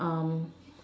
um